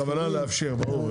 הכוונה לאפשר, ברור.